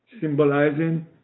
symbolizing